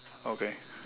okay